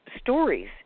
stories